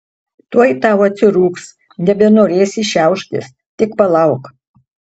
tuoj tau atsirūgs nebenorėsi šiauštis tik palauk